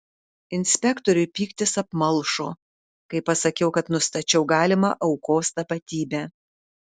inspektoriui pyktis apmalšo kai pasakiau kad nustačiau galimą aukos tapatybę